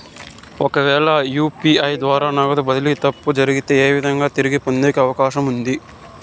ఒకవేల యు.పి.ఐ ద్వారా నగదు బదిలీలో తప్పు జరిగితే, ఏ విధంగా తిరిగి పొందేకి అవకాశం ఉంది?